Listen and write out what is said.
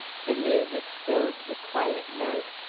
the music filled the quiet night,